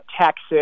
Texas